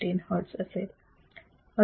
15 hertz असेल बरोबर